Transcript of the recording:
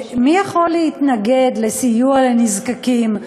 מי יכול להתנגד לסיוע לנזקקים,